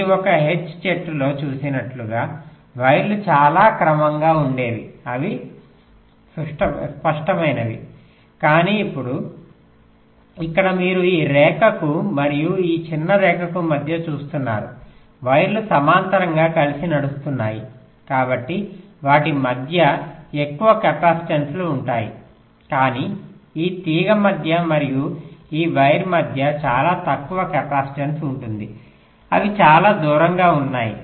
మీరు ఒక H చెట్టులో చూసినట్లుగా వైర్లు చాలా క్రమంగా ఉండేవి అవి సుష్టమైనవి కానీ ఇప్పుడు ఇక్కడ మీరు ఈ రేఖకు మరియు ఈ చిన్న రేఖకు మధ్య చూస్తున్నారు వైర్లు సమాంతరంగా కలిసి నడుస్తున్నాయి కాబట్టి వాటి మధ్య ఎక్కువ కెపాసిటెన్సులు ఉంటాయి కానీ ఈ తీగ మధ్య మరియు ఈ వైర్ మధ్యచాలా తక్కువ కెపాసిటెన్స్ ఉంటుందిఅవి చాలా దూరంగా ఉన్నాయి